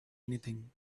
anything